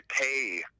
pay